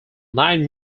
nine